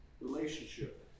relationship